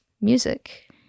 music